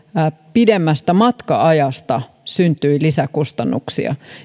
pidemmästä matka ajasta syntyi lisäkustannuksia